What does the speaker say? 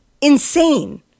insane